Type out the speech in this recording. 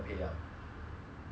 it helps a lot